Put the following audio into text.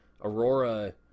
Aurora